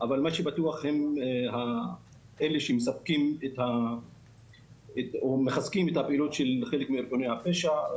מה שבטוח זה שהם מחזקים את הפעילות של חלק מארגוני הפשיעה.